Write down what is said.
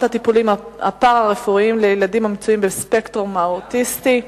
הטיפולים הפארה-רפואיים לילדים המצויים בספקטרום האוטיסטי),